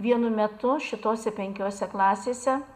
vienu metu šitose penkiose klasėse